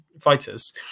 fighters